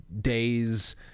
days